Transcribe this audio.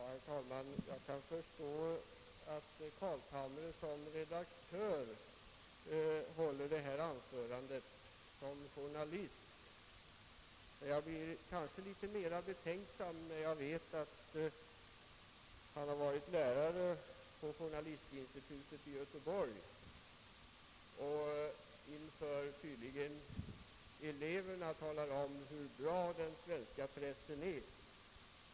Herr talman! Jag kan förstå att herr Carlshamre som redaktör och journalist håller ett sådant anförande som det han nu höll. Men jag blir litet mer betänksam när jag vet att han varit lärare på journalisthögskolan i Göteborg och då tydligen inför eleverna talat om hur bra den svenska pressen är.